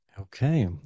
Okay